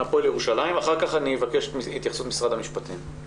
מהפועל ירושלים ואחר כך אבקש את התייחסות משרד המשפטים.